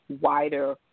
wider